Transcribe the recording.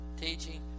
teaching